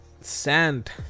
sand